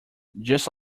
just